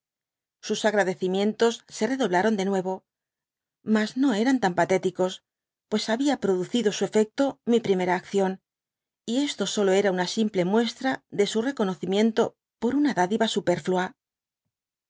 sus agradecimientos se redtláron de nuevo mas no eran tan patéticos pues habia producido su efecto mi primera acción y esto solora una simple muestra de su reconocimiento por una dádiva superflua